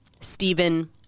Stephen